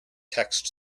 text